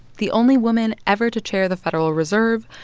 the only woman ever to chair the federal reserve,